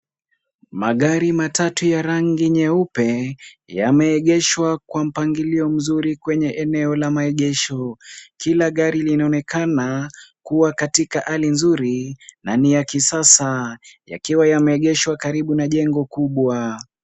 Magari matatu ya rangi nyeupe, yameegeshwa kwa mpangilio mzuri kwenye eneo la maegesho. Kila gari linaonekana kuwa katika hali nzuri na ni ya kisasa, yakiwa yameegeshwa karibu na jengo kubwa.